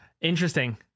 Interesting